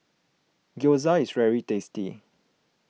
Gyoza is very tasty